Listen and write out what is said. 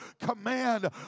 command